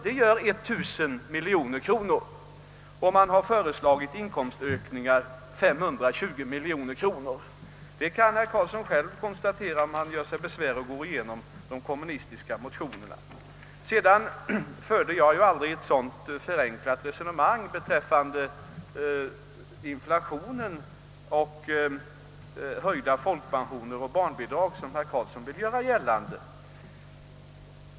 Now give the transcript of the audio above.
Det blir 1000 miljoner kronor i utgiftsökningar, medan man har föreslagit inkomstökningar på 520 miljoner kronor. Detta kan herr Karlsson själv konstatera om han gör sig besvär med att gå igenom de kommunistiska motionerna. Jag förde aldrig ett så förenklat resonemang beträffande inflationen och höjda folkpensioner och barnbidrag som herr Karlsson vill göra gällande.